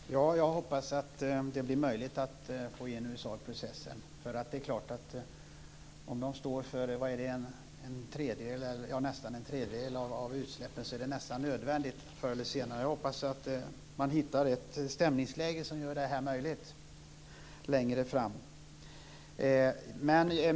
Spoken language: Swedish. Herr talman! Jag hoppas att det blir möjligt att få in USA i processen. Om det står för nästan en tredjedel av utsläppen är det nästan nödvändigt förr eller senare. Jag hoppas att man hittar ett stämningsläge som gör det möjligt längre fram.